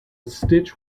stitch